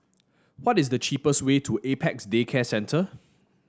what is the cheapest way to Apex Day Care Centre